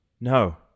No